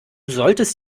solltest